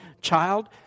child